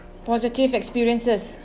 positive experiences